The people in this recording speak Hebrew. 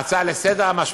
בהצעה לסדר-היום,